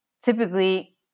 typically